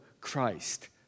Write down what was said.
Christ